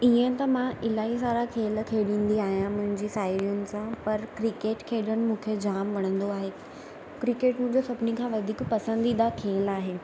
इअं त मां इलाही सारा खेल खेॾंदी आहियां मुंजी साहेड़ियुनि सां पर क्रिकेट खेॾनि मूंखे जाम वणंदो आहे क्रिकेट मुंहिंजो सभिनी खां वधीक पसंदीदा खेलु आहे